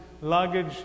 luggage